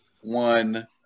one